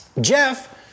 Jeff